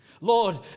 Lord